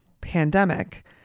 pandemic